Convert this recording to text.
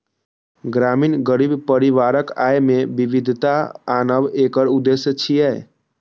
ग्रामीण गरीब परिवारक आय मे विविधता आनब एकर उद्देश्य छियै